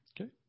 Okay